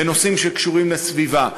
בנושאים שקשורים לסביבה,